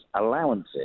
allowances